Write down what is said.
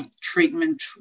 treatment